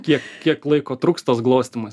kiek kiek laiko truks tas glostymas